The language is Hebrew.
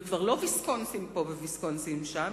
וכבר לא ויסקונסין פה וויסקונסין שם,